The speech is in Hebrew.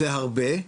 זה הרבה,